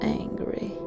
angry